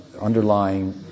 underlying